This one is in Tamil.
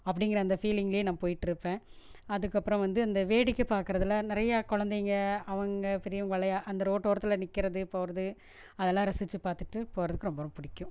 அப்படிங்கிற அந்த ஃபீலிங்கிலே நான் போய்விட்டு இருப்பேன் அதுக்கப்புறம் வந்து இந்த வேடிக்கை பார்க்கறதுல நிறையா கொழந்தைங்க அவங்கள் பெரியவங்களே அந்த ரோட்டோரத்தில் நிற்கறது போகிறது அதெல்லாம் ரசித்து பார்த்துட்டு போகிறதுக்கு ரொம்பவும் பிடிக்கும்